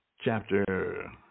chapter